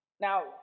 Now